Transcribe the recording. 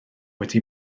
wedi